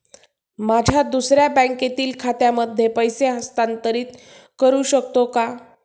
माझ्या दुसऱ्या बँकेतील खात्यामध्ये पैसे हस्तांतरित करू शकतो का?